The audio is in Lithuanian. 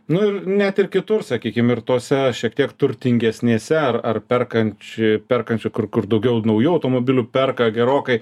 nu net ir kitur sakykim ir tose šiek tiek turtingesnėse ar ar perkančių perkančių kur kur daugiau naujų automobilių perka gerokai